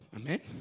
amen